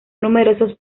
numerosos